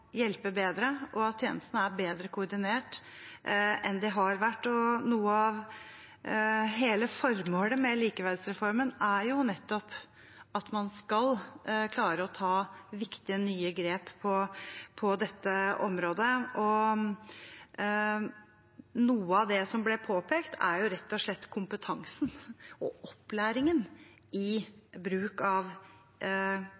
og at tjenestene er bedre koordinert enn de har vært. Hele formålet med likeverdsreformen er jo nettopp at man skal klare å ta viktige, nye grep på dette området. Noe av det som ble påpekt, er rett og slett kompetansen og opplæringen i